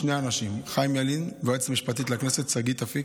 אצל שני אנשים: חיים ילין והיועצת המשפטית לכנסת שגית אפיק,